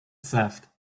theft